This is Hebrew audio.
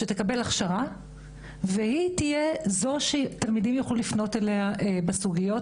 מורה שתקבל הכשרה והיא תהיה זו שתלמידים יוכלו לפנות אליה בסוגיות